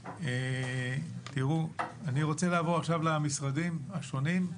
אני רוצה לעבור למשרדים השונים.